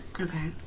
Okay